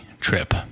trip